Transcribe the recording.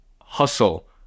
hustle